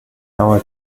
hour